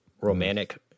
romantic